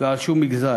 ועל שום מגזר.